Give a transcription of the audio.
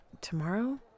tomorrow